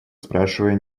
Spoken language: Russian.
спрашивая